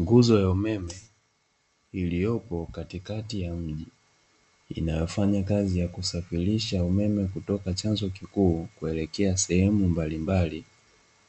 Nguzo ya umeme iliyopo katikati ya mji, inayofanya kazi ya kusafirisha umeme kutoka chanzo kikuu kuelekea sehemu mbalimbali